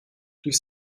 durch